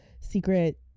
secret